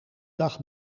dag